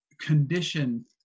condition